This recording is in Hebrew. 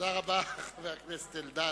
תודה רבה, חבר הכנסת אלדד.